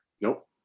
nope